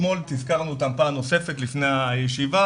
אתמול תיזכרנו אותם פעם נוספת לפני הישיבה,